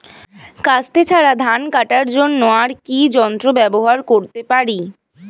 কাস্তে ছাড়া ধান কাটার জন্য আর কি যন্ত্র ব্যবহার করতে পারি?